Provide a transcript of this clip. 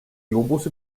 globus